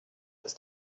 ist